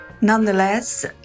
Nonetheless